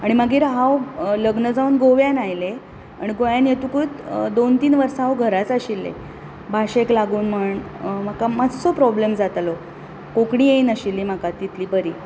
आनी मागीर हांव लग्न जावन गोव्यान आयलें आनी गोंयांत येतकूच दोन तीन वर्सां हांव घराच आशिल्लें भाशेक लागून म्हण म्हाका मात्सो प्रोब्लम जातालो कोंकणी येनाशिल्ली म्हाका तितली बरी